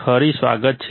ફરી સ્વાગત છે